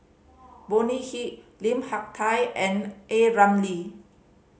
Bonny Hick Lim Hak Tai and A Ramli